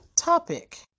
topic